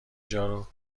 جارو